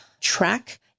track